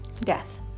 Death